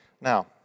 Now